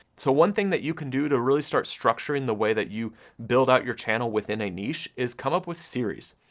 so one thing that you can do, to really start structuring the way that you build out your channel within a niche, is come up with series.